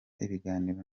ibiganiro